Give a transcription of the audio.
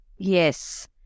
Yes